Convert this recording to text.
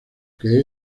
que